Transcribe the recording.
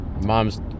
Mom's